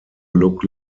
look